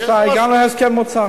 הגענו להסכם עם האוצר.